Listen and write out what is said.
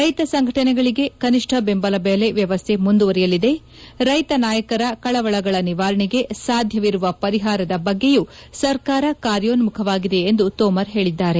ರೈತ ಸಂಘಟನೆಗಳಿಗೆ ಕನಿಷ್ಣ ಬೆಂಬಲ ಬೆಲೆ ವ್ಯವಸ್ಥೆ ಮುಂದುವರೆಯಲಿದೆ ರೈತ ನಾಯಕರ ಕಳವಳಗಳ ನಿವಾರಣೆಗೆ ಸಾಧ್ಯವಿರುವ ಪರಿಹಾರದ ಬಗ್ಗೆಯೂ ಸರ್ಕಾರ ಕಾರ್ಯೋನ್ಮುಖವಾಗಿದೆ ಎಂದು ತೋಮರ್ ಹೇಳಿದ್ದಾರೆ